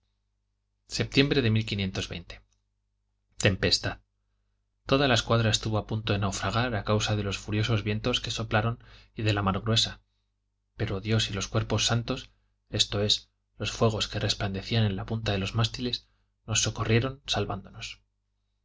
septiembre de está toda la escuadra estuvo a punto de naufragar a causa de los furiosos vientos que soplaron y de la mar gruesa pero dios y los cuerpos santos esto es los fuegos que resplandecían en la punta de los mástiles nos socorrieron salvándonos